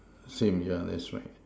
same yeah that's right